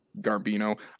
Garbino